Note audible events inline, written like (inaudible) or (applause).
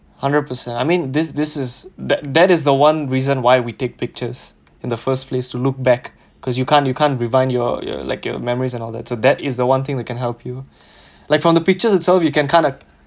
hundred percent I mean this this is that that is the one reason why we take pictures in the first place to look back cause you can't you can't rewind your your like your memories and all that so that is the one thing that can help you (breath) like from the pictures itself you can kind of